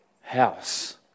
house